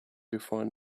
before